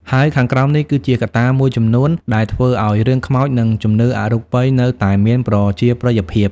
ហើយខាងក្រោមនេះគឺជាកត្តាមួយចំនួនដែលធ្វើឲ្យរឿងខ្មោចនិងជំនឿអរូបីនៅតែមានប្រជាប្រិយភាព។